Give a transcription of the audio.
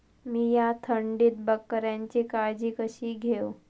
मीया थंडीत बकऱ्यांची काळजी कशी घेव?